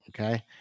Okay